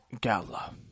Gala